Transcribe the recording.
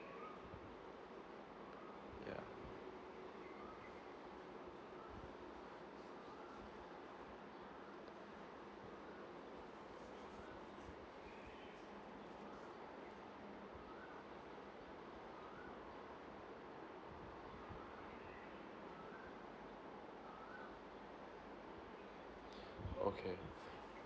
yeah okay